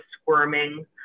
squirming